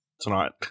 Tonight